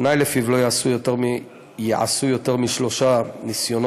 תנאי שלפיו לא ייעשו יותר משלושה ניסיונות